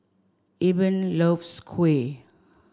Eben loves Kuih